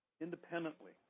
independently